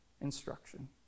instruction